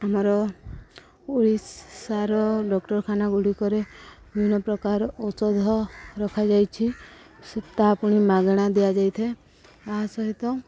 ଆମର ଓଡ଼ିଶାର ଡାକ୍ତରଖାନା ଗୁଡ଼ିକରେ ବିଭିନ୍ନ ପ୍ରକାର ଔଷଧ ରଖାଯାଇଛି ତା' ପୁଣି ମାଗଣା ଦିଆଯାଇଥାଏ ତା' ସହିତ